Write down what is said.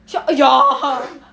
she will !aiya!